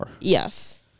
Yes